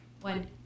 One